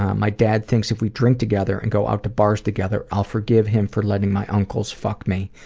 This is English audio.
my dad thinks if we drink together and go out to bars together, i'll forgive him for letting my uncles fuck me,